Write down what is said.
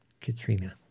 Katrina